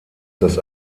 das